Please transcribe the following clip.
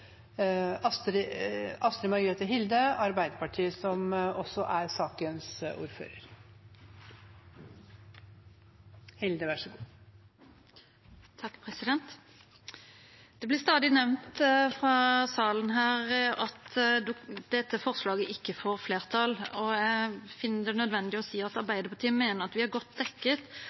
som heretter får ordet, har også en taletid på inntil 3 minutter. Det blir stadig nevnt i salen her at dette forslaget ikke får flertall. Jeg finner det nødvendig å si at Arbeiderpartiet mener at vi er godt dekket